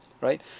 right